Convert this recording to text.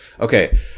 okay